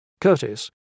Curtis